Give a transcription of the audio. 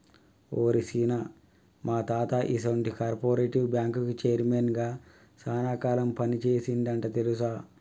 ఓరి సీన, మా తాత ఈసొంటి కార్పెరేటివ్ బ్యాంకుకి చైర్మన్ గా సాన కాలం పని సేసిండంట తెలుసా